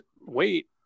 wait